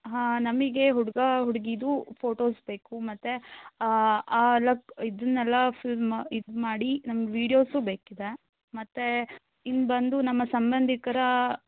ಹಾಂ ನಮಗೆ ಹುಡುಗ ಹುಡುಗಿದು ಫೋಟೋಸ್ ಬೇಕು ಮತ್ತು ಇದನ್ನೆಲ್ಲ ಫುಲ್ ಇದು ಮಾಡಿ ನಮಗೆ ವೀಡಿಯೋಸೂ ಬೇಕಿದೆ ಮತ್ತು ಇನ್ನು ಬಂದು ನಮ್ಮ ಸಂಬಂಧಿಕರ